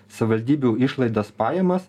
savivaldybių išlaidas pajamas